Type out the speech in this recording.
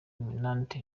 eminante